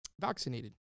vaccinated